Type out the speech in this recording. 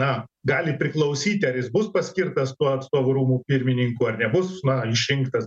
na gali priklausyti ar jis bus paskirtas tuo atstovų rūmų pirmininku ar nebus na išrinktas